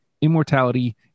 immortality